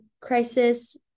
crisis